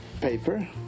paper